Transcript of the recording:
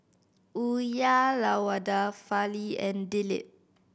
Uyyalawada Fali and Dilip